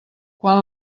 quan